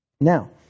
Now